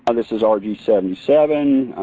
ah this is r g seven seven.